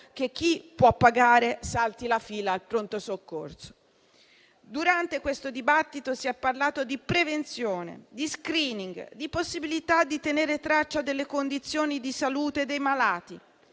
che chi può pagare salta la fila al pronto soccorso. Durante questo dibattito si è parlato di prevenzione, di *screening*, di possibilità di tenere traccia delle condizioni di salute dei malati.